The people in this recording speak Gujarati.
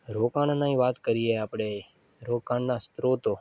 રોકાણની વાત કરીએ આપણે રોકાણના સ્ત્રોતો